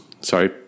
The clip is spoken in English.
sorry